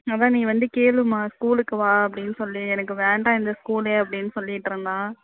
அதுதான் நீ வந்து கேளும்மா ஸ்கூலுக்கு வா அப்படின்னு சொல்லி எனக்கு வேண்டாம் இந்த ஸ்கூலே அப்படின்னு சொல்லிகிட்ருந்தான்